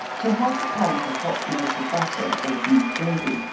to half a pint of hot melted butter, or beef gravy,